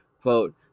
Quote